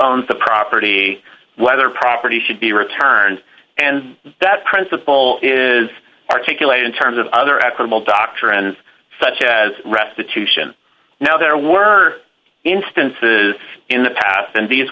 owns the property whether property should be returned and that principle is articulate in terms of other at herbal doctrines such as restitution now there were instances in the past and these